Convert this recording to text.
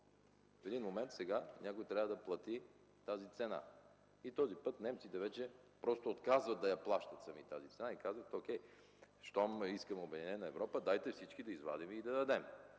в един момент сега някой трябва да плати тази цена. И този път немците вече просто отказват да плащат сами тази цена и казват: о’кей, щом искаме Обединена Европа, дайте всички да извадим и да дадем.